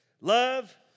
Love